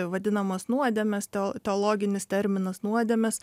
vadinamas nuodėmes teo teologinis terminas nuodėmės